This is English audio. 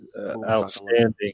Outstanding